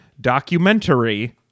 documentary